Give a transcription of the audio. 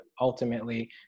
ultimately